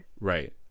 right